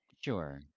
Sure